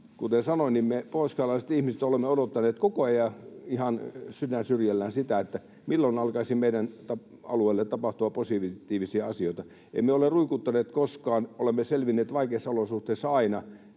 Kuten sanoin, me pohjoiskarjalalaiset ihmiset olemme odottaneet koko ajan ihan sydän syrjällään sitä, milloin alkaisi meidän alueella tapahtua positiivisia asioita. Emme ole ruikuttaneet koskaan. Olemme selvinneet vaikeissa olosuhteissa aina,